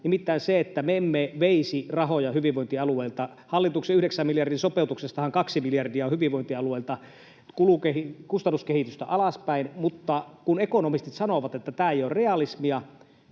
nimittäin se, että me emme veisi rahoja hyvinvointialueilta. Hallituksen yhdeksän miljardin sopeutuksestahan kaksi miljardia on hyvinvointialueilta kustannuskehitystä alaspäin, mutta kun ekonomistit sanovat, että tämä ei ole realismia